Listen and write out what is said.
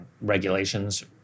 regulations